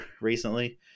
recently